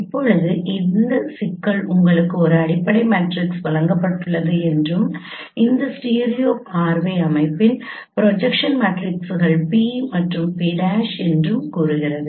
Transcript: இப்போது இந்த சிக்கல் உங்களுக்கு ஒரு அடிப்படை மேட்ரிக்ஸ் வழங்கப்பட்டுள்ளது என்றும் இந்த ஸ்டீரியோ பார்வை அமைப்பின் ப்ரொஜெக்ஷன் மேட்ரிக்ஸ்கள் P மற்றும் P' என்றும் கூறுகிறது